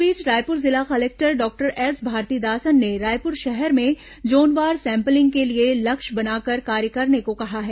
इस बीच रायपुर के जिला कलेक्टर डॉक्टर एस भारतीदासन ने रायपुर शहर में जोनवार सैंपलिंग के लिए लक्षय बनाकर कार्य करने को कहा है